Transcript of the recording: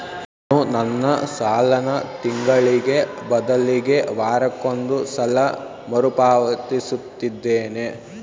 ನಾನು ನನ್ನ ಸಾಲನ ತಿಂಗಳಿಗೆ ಬದಲಿಗೆ ವಾರಕ್ಕೊಂದು ಸಲ ಮರುಪಾವತಿಸುತ್ತಿದ್ದೇನೆ